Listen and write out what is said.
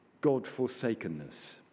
God-forsakenness